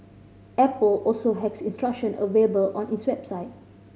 Apple also has instruction available on its website